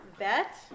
bet